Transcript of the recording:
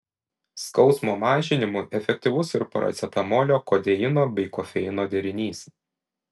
skausmo mažinimui efektyvus ir paracetamolio kodeino bei kofeino derinys